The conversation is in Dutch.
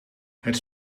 het